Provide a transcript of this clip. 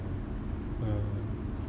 uh